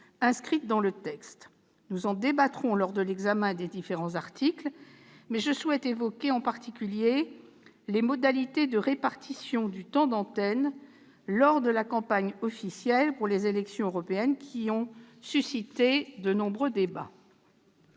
inscrites dans le présent texte. Nous en débattrons lors de l'examen des différents articles. Pour l'heure, je souhaite évoquer plus particulièrement les modalités de répartition du temps d'antenne lors de la campagne officielle pour les élections européennes, lesquelles ont suscité de nombreux débats.